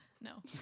No